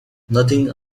nothing